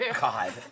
God